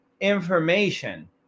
information